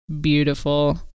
beautiful